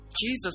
Jesus